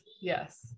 Yes